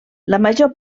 major